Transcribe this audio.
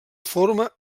forma